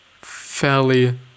fairly